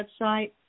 website